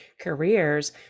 careers